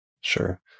Sure